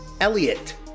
Elliot